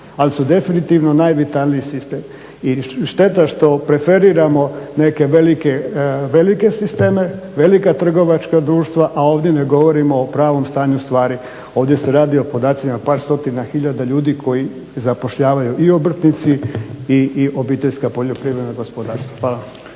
ali su definitivno najvitalniji sistem. I šteta što preferiramo neke velike sisteme, velika trgovačka društva, a ovdje ne govorimo o pravom stanju stvari. Ovdje se radi o podacima par stotina hiljada ljudi koji zapošljavaju i obrtnici i obiteljska poljoprivredna gospodarstva. Hvala.